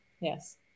Yes